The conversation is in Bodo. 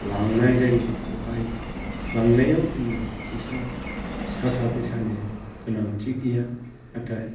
लांनाय जायो बेवहाय लांनायाव जोंनो फैसा थाखा फैसानि गोनांथि गैया नाथाय